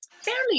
fairly